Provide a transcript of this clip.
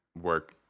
work